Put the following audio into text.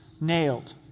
Nailed